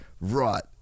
right